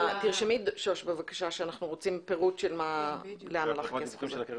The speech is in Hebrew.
תרשמי בבקשה שאנחנו רוצים פירוט לאן הלך הכסף.